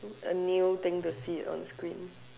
A new thing to see it on screen